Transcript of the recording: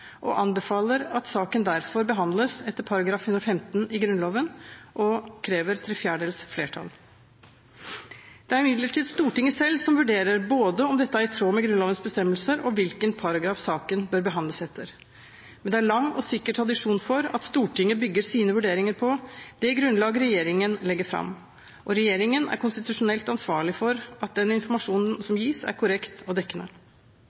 og anbefaler at saken derfor behandles etter Grunnloven § 115, som krever tre fjerdedels flertall. Det er imidlertid Stortinget selv som vurderer både om dette er i tråd med Grunnlovens bestemmelser og hvilken paragraf saken bør behandles etter. Men det er lang og sikker tradisjon for at Stortinget bygger sine vurderinger på det grunnlaget regjeringen legger fram, og regjeringen er konstitusjonelt ansvarlig for at den informasjonen som gis, er korrekt og dekkende.